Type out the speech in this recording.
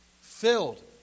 Filled